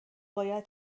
باید